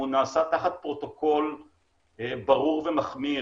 אם הוא נעשה תחת פרוטוקול ברור ומחמיר,